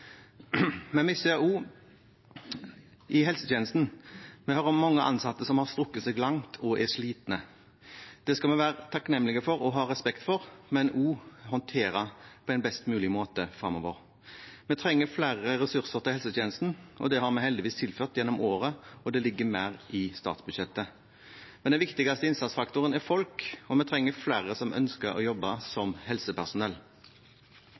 Men vi ser det også i helsetjenesten: Vi hører om mange ansatte som har strukket seg langt og er slitne. Det skal vi være takknemlige for og ha respekt for, men også håndtere på en best mulig måte fremover. Vi trenger flere ressurser til helsetjenesten. Det er vi heldigvis tilført gjennom året, og det ligger mer i statsbudsjettet. Men den viktigste innsatsfaktoren er folk, og vi trenger flere som ønsker å jobbe som helsepersonell.